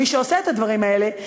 מי שעושה את הדברים האלה.